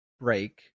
break